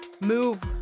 move